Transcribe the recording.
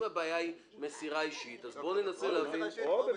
אם הבעיה היא מסירה אישית אז בוא ננסה להבין --- מסירה